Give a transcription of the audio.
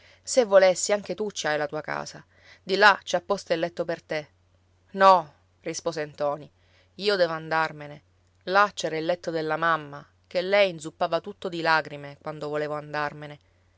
se volessi anche tu ci hai la tua casa di là c'è apposta il letto per te no rispose ntoni io devo andarmene là c'era il letto della mamma che lei inzuppava tutto di lagrime quando volevo andarmene